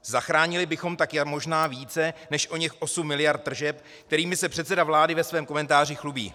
Zachránili bychom tak možná více než oněch 8 mld. tržeb, kterými se předseda vlády ve svém komentáři chlubí.